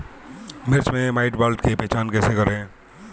मिर्च मे माईटब्लाइट के पहचान कैसे करे?